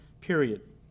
period